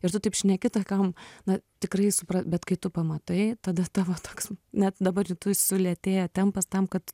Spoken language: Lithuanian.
ir tu taip šneki tokiom na tikrai supra bet kai tu pamatai tada tavo toks net dabar rytu sulėtėja tempas tam kad